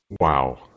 Wow